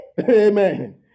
Amen